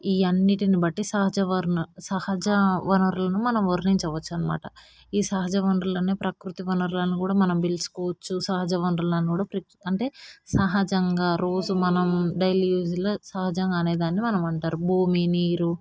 ఈ అన్నింటినీ బట్టి సహజ వర్ణ సహజ వనరులను మనం వర్ణించవచ్చు అన్నమాట ఈ సహజ వనరులను ప్రకృతి వనరులని కూడా మనం పిలుచుకోవచ్చు సహజ వనరులని కూడా అంటే సహజంగా రోజు మనం డైలీ యూజ్లో సహజంగా అనేదాన్ని మనము అంటారు భూమి నీరు